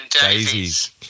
Daisies